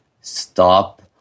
stop